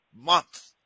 month